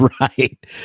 Right